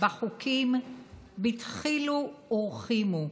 בחוקים בדחילו ורחימו.